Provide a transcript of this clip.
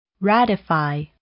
Ratify